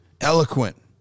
eloquent